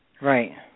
Right